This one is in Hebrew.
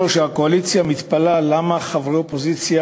הקואליציה מתפלאת למה חברי אופוזיציה